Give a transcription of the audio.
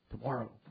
tomorrow